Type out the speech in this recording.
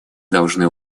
должны